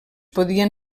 podien